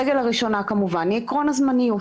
הרגל הראשונה כמובן היא עקרון הזמניות.